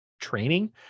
training